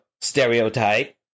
stereotype